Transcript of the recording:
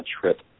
trip